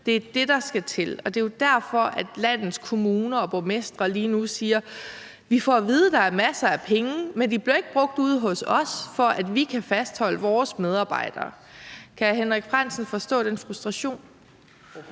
Det er det, der skal til, og det er jo derfor, landets kommuner og borgmestre lige nu siger: Vi får at vide, at der er masser af penge, men de bliver ikke brugt ude hos os, for at vi kan fastholde vores medarbejdere. Kan hr. Henrik Frandsen forstå den frustration?